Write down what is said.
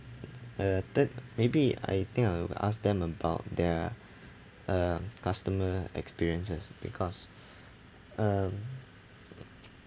uh third maybe I think I will ask them about their uh customer experiences because um